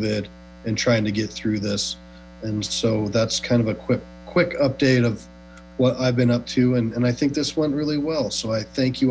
that and trying to get through this and so that's kind of a quick quick update of what i've been up to and i think this went really well so i think you